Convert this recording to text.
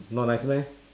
not nice meh